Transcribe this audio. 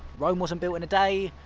rome wasn't built in a day.